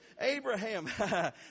Abraham